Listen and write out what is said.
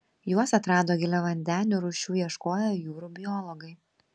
juos atrado giliavandenių rūšių ieškoję jūrų biologai